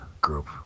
group